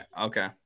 okay